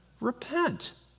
repent